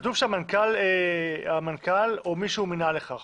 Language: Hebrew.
כתוב שהמנכ"ל או מי שהוא מינה לכך.